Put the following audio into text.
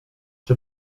czy